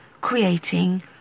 creating